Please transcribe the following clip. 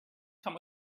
come